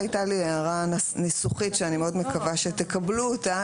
הייתה לי הערה ניסוחית שאני מאוד מקווה שתקבלו אותה,